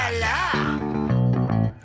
la